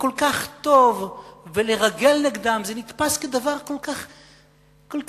וכל כך טוב ולרגל נגדם נתפס כדבר כל כך יהודי,